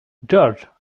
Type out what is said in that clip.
george